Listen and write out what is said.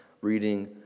reading